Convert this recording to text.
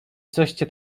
coście